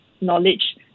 knowledge